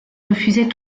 refusait